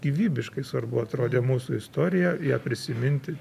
gyvybiškai svarbu atrodė mūsų istorija ją prisiminti